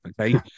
okay